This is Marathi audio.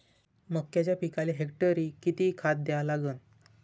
मक्याच्या पिकाले हेक्टरी किती खात द्या लागन?